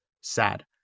sad